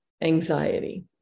anxiety